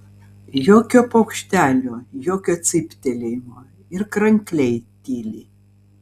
jokio paukštelio jokio cyptelėjimo ir krankliai tyli